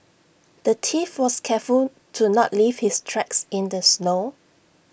the thief was careful to not leave his tracks in the snow